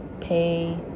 pay